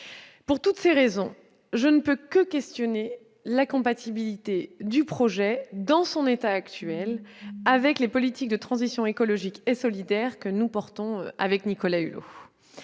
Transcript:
Pour toutes ces raisons, je ne peux que m'interroger sur la compatibilité du projet, dans son état actuel, avec les politiques de transition écologique et solidaire que Nicolas Hulot